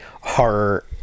horror